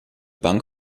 bank